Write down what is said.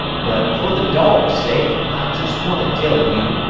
but for the dogs' sakes i just want to tell you,